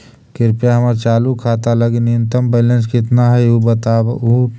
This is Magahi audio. कृपया हमर चालू खाता लगी न्यूनतम बैलेंस कितना हई ऊ बतावहुं